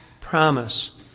promise